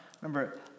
remember